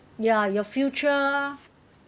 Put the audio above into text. ya your future